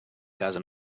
casa